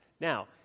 now